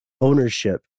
ownership